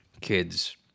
kids